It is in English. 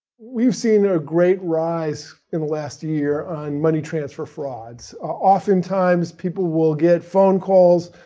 we've seen a great rise in the last year on money transfer frauds. often times, people will get phone calls